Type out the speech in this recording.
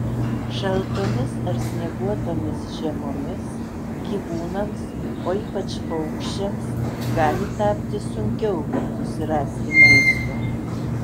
šaltomis ar snieguotomis žiemomis gyvūnams o ypač paukščiams gali tapti sunkiau susirasti maisto